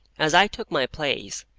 as i took my place,